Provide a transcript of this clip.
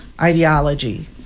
ideology